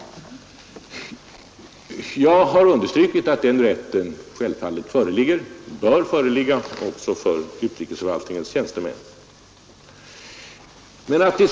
Jag har understrukit att den rätten självfallet också bör föreligga för utrikesförvaltningens tjänstemän.